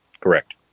Correct